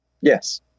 Yes